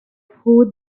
who